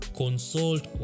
consult